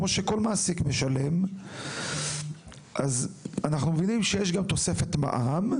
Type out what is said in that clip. כמו שכל מעסיק משלם; יש גם תוספת מע"מ;